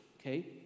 okay